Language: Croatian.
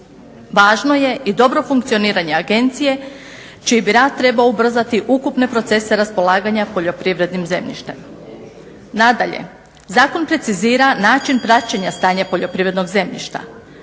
Važno je i dobro funkcioniranje agencije čiji bi rad trebao ubrzati ukupne procese raspolaganja poljoprivrednim zemljištem. Nadalje, zakon precizira način praćenja stanja poljoprivrednog zemljišta.